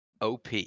OP